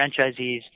franchisees